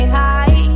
high